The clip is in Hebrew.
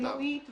קלנועית וכולי.